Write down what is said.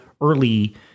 early